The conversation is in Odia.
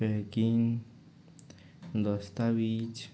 ପ୍ୟାକିଙ୍ଗ ଦସ୍ତାବିଜ